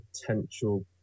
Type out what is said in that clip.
potential